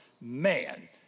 man